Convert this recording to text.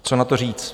Co na to říct?